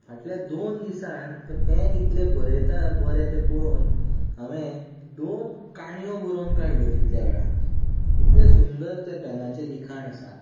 फाटल्या दोन दिसान तें पॅन इतलें बरयतां तें पळोवन हांवें दोन काणयो बरोवन काडल्या तितल्या वेळार इतलें सुंदर तें त्या पॅनाचें लिखाण आसा